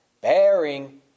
bearing